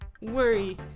worry